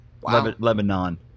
Lebanon